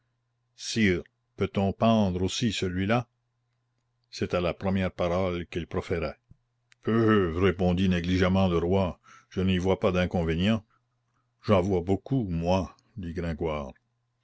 sire peut-on pendre aussi celui-là c'était la première parole qu'il proférait peuh répondit négligemment le roi je n'y vois pas d'inconvénients j'en vois beaucoup moi dit